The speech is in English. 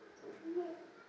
mm